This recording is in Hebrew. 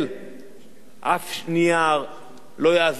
אף נייר לא יעזור לאותם שרים,